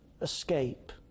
escape